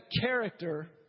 character